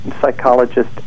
psychologist